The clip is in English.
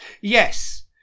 Yes